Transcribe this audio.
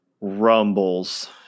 rumbles